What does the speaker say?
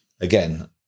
again